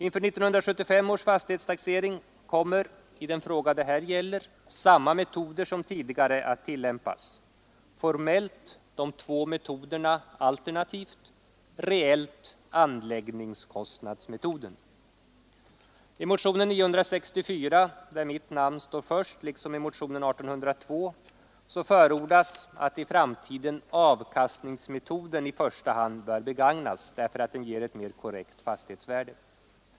Inför 1975 års fastighetstaxering kommer i den fråga det här gäller samma metoder som tidigare att tillämpas: formellt de två metoderna alternativt, reellt anläggningskostnadsmetoden. I motionen 964, där mitt namn står först, liksom i motionen 1802 förordas att i framtiden avkastningsmetoden i första hand bör begagnas därför att den ger ett mer korrekt fastighetsvärde.